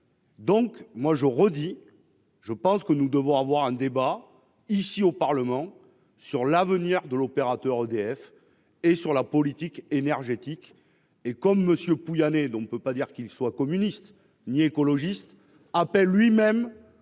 pourquoi, je le redis, nous devons avoir un débat ici, au Parlement, sur l'avenir de l'opérateur EDF et sur la politique énergétique. M. Patrick Pouyanné, dont ne peut pas dire qu'il soit communiste ou écologiste, appelle lui-même